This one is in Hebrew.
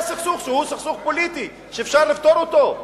יש סכסוך, שהוא סכסוך פוליטי, ואפשר לפתור אותו.